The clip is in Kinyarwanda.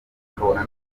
ukabona